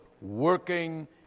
working